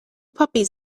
puppies